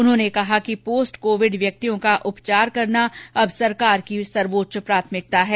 उन्होंने कहा कि पोस्ट कोविड व्यक्तियों का उपचार करना अब सरकार की सर्वेच्च प्राथमिकता है